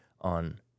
on